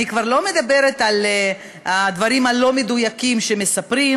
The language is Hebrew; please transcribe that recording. אני כבר לא מדברת על הדברים הלא-מדויקים שמספרים